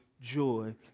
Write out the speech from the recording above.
joy